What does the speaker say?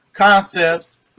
concepts